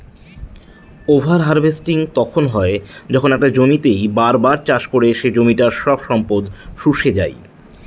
over harvesting তখন হয় যখন একটা জমিতেই বার বার চাষ করে সে জমিটার সব সম্পদ শুষে যাই